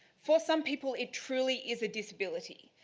for some people, it truly is a disability.